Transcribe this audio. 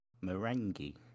meringue